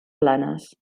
planes